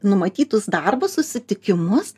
numatytus darbus susitikimus